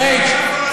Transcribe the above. פריג',